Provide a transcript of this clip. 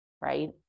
right